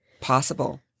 possible